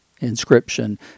inscription